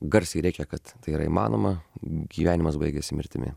garsiai rėkia kad tai yra įmanoma gyvenimas baigiasi mirtimi